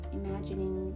imagining